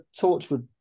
Torchwood